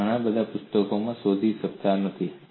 તમે ઘણા પુસ્તકોમાં શોધી શકતા નથી